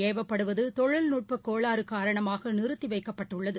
ஏவப்படுவதுதொழில்நுட்பகோளாறுகாரணமாகநிறுத்திவைக்கப்பட்டுள்ளது